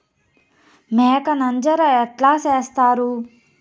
మేక నంజర ఎట్లా సేస్తారు?